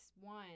one